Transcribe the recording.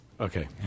Okay